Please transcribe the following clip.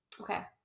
Okay